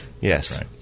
Yes